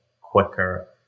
quicker